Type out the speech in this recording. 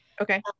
Okay